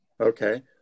Okay